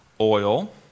Oil